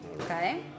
Okay